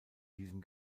diesem